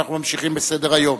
אנחנו ממשיכים בסדר-היום.